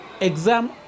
exam